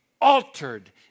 altered